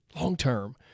long-term